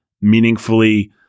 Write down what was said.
meaningfully